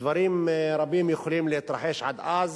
דברים רבים יכולים להתרחש עד אז.